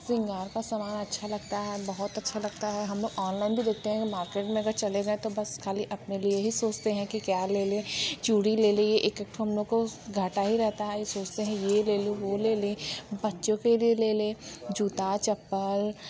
सिंगार का समान अच्छा लगता है और बहुत अच्छा लगता है हम लोग ऑनलाइन भी देखते हैं कि मार्केट में अगर चले गए तो बस खाली अपने लिए ही सोचते हैं कि क्या ले लें चूड़ी ले लें एक एक तो हम लोग को घाटा ही रहता है सोचते हैं ये ले लूँ वो ले लें बच्चों के लिए ले लें जूता चप्पल